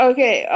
Okay